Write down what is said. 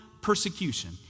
persecution